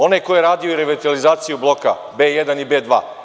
Onaj ko je radio revitalizaciju bloka B1 i B2.